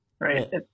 right